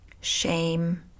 shame